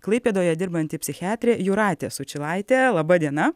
klaipėdoje dirbanti psichiatrė jūratė sučylaitė laba diena